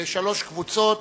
שלוש קבוצות